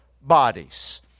bodies